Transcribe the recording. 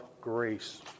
grace